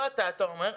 לא אתה, אתה אומר.